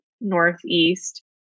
Northeast